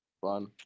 Fun